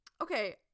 Okay